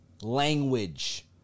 language